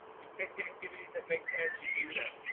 you pick the activities that make sense, you do them.